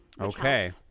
Okay